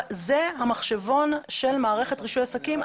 זה המחשבון של מערכת רישוי עסקים.